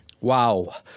Wow